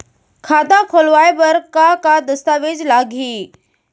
खाता खोलवाय बर का का दस्तावेज लागही?